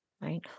right